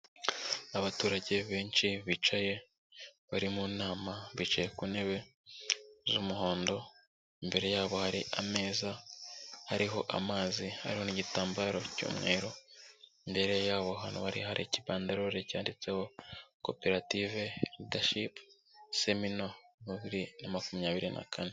Abaturage benshi bicaye bari mu nama bicaye ku ntebe z'umuhondo, imbere yabo hari ameza hariho amazi, hariho n'igitambaro cy'umweru, imbere y'aho hantu hari hari ikibandarore cyanditseho koperative ridashipi semino bibiri na makumyabiri na kane.